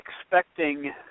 expecting